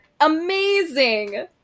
Amazing